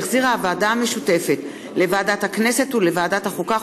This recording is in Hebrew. שהחזירה הוועדה המשותפת לוועדת הכנסת ולוועדת החוקה,